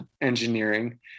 engineering